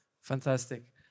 Fantastic